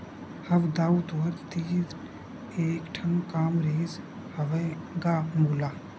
हव दाऊ तुँहर तीर एक ठन काम रिहिस हवय गा मोला